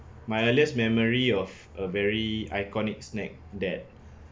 my earliest memory of a very iconic snack that